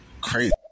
Crazy